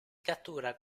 cattura